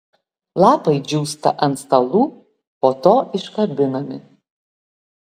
lapai džiūsta ant stalų po to iškabinami